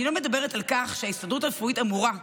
אני לא מדברת על כך שההסתדרות הרפואית אמורה,